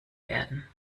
werden